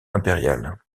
impérial